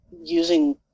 using